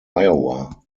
iowa